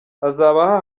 hazaba